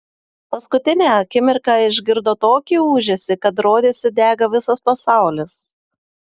paskutinę akimirką išgirdo tokį ūžesį kad rodėsi dega visas pasaulis